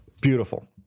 beautiful